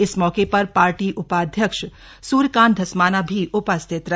इस मौके पर पार्टी उपाध्यक्ष सूर्यकांत धस्माना भी उपस्थित रहे